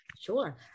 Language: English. Sure